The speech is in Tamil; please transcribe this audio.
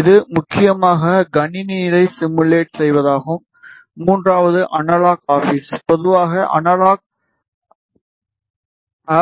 இது முக்கியமாக கணினி நிலை சிமுலேட் செய்வதாகும் மூன்றாவது அனலாக் ஆபிஸ் பொதுவாக அனலாக் ஆர்